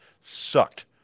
sucked